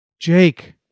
Jake